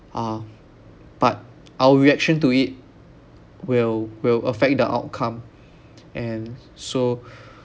uh but our reaction to it will will affect the outcome and so